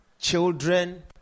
children